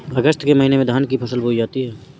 अगस्त के महीने में धान की फसल बोई जाती हैं